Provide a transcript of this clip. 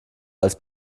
als